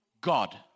God